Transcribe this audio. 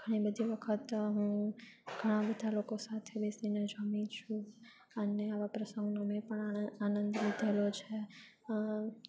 ઘણી બધી વખત હું ઘણા બધા લોકો સાથે બેસીને જમી છું અને આવા પ્રસંગોને પણ આનંદ લીધેલો છે